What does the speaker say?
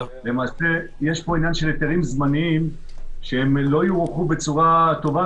למעשה יש פה עניין של היתרים זמניים שהם לא יוארכו בצורה טובה,